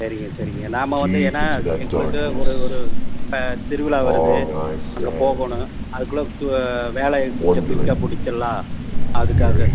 சரிங்க சரிங்க நாம வந்து ஏன்னா எங்களுக்கு ஒரு ஒரு திருவிழா வருது அங்கே போகணும் அதுக்குள்ள கு வேலைய கொஞ்சம் குயிக்காக முடிச்சிடலாம் அதுக்காக